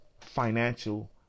financial